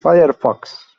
firefox